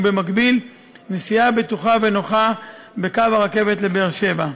ובמקביל נסיעה בטוחה ונוחה בקו הרכבת לבאר-שבע.